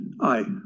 Aye